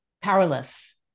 powerless